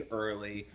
early